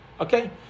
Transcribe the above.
Okay